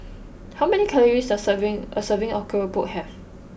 how many calories does serving a serving of Keropok have